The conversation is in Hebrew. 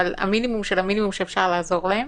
במינימום שבמינימום שאפשר לעזור להם